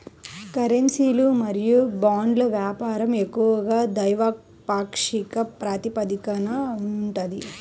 కరెన్సీలు మరియు బాండ్ల వ్యాపారం ఎక్కువగా ద్వైపాక్షిక ప్రాతిపదికన ఉంటది